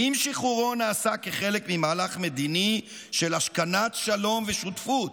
אם שחרורו נעשה כחלק ממהלך מדיני של השכנת שלום ושותפות.